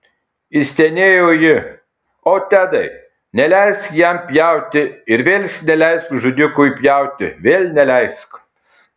išstenėjo ji o tedai neleisk jam pjauti ir vėl neleisk žudikui pjauti vėl neleisk